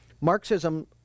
Marxism